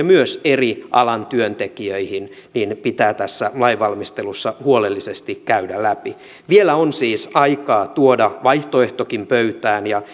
myös eri alan työntekijöihin ne pitää tässä lainvalmistelussa huolellisesti käydä läpi vielä on siis aikaa tuoda vaihtoehtokin pöytään ja